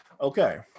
okay